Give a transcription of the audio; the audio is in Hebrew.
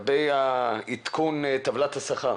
לגבי עדכון טבלת השכר.